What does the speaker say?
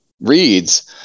reads